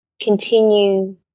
continue